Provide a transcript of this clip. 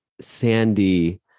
Sandy